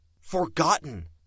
forgotten